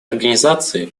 организации